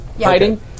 hiding